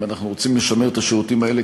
אם אנחנו רוצים לשמר את השירותים האלה